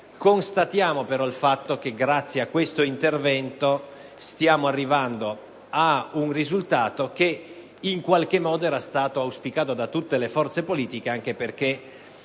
Constatiamo però che, grazie a questo intervento, stiamo arrivando ad un risultato che in qualche modo era stato auspicato da tutte le forze politiche, anche perché